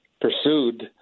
pursued